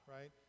right